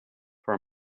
for